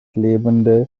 lebende